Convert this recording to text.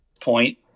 point